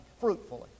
fruitfully